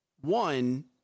one